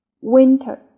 winter